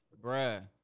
bruh